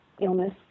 illness